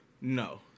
no